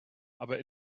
aber